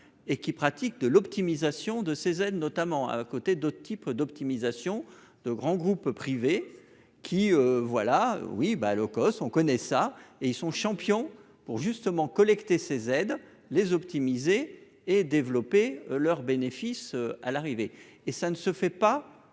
et qui pratique de l'optimisation de ces aides, notamment à côté d'autres types d'optimisation de grands groupes privés qui voilà oui bah low cost. On connaît ça et ils sont champions pour justement collecter ces aides les optimiser et développer leurs bénéfices à l'arrivée et ça ne se fait pas,